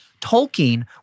Tolkien